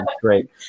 Great